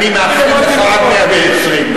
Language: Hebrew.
אני מאחל לך עד מאה-ועשרים.